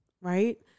right